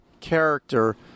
character